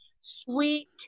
Sweet